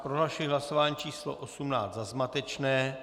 Prohlašuji hlasování číslo 18 za zmatečné.